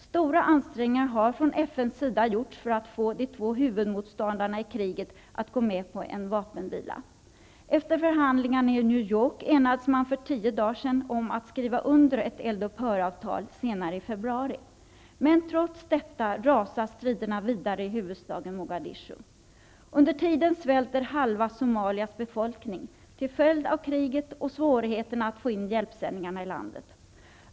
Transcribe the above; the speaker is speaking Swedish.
Stora ansträngningar har från FN:s sida gjorts för att få de två huvudmotståndarna i kriget att gå med på en vapenvila. Efter förhandlingar i New York enades man för tio dagar sedan om att skriva under ett eld-upphör-avtal senare i februari. Men trots detta rasar striderna vidare i huvudstaden Mogadishu. Under tiden svälter halva Somalias befolkning till följd av kriget och svårigheterna att få in hjälpsändningarna i landet.